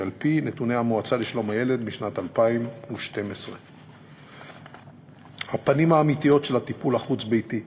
על-פי נתוני המועצה לשלום הילד משנת 2012. הפנים האמיתיות של הטיפול החוץ-ביתי: